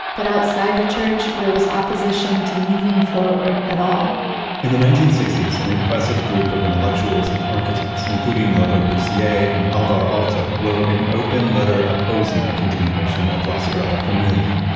but outside the church, there was opposition to moving forward at all in the nineteen sixty s an impressive group of intellectuals and architects including le corbusier and alvar aalto wrote an open letter opposing the continuation of la sagrada familia.